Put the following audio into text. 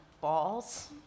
balls